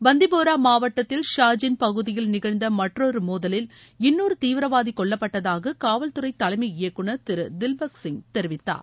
பந்திப்போரா மாவட்டத்தில் ஹாஜின் பகுதியில் நிகழ்ந்த மற்றொரு மோதலில் இன்னொரு தீவிரவாதி கொல்லப்பட்டதாக காவல்துறை தலைமை இயக்குநர் திரு திவ்பக் சிங் தெரிவித்தார்